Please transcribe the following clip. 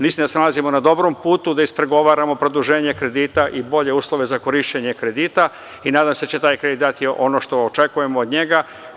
Mislim da se nalazimo na dobrom putu da ispregovaramo produženje kredita i bolje uslove za korišćenje kredita i nadam se da će taj kredit dati ono što očekujemo od njega.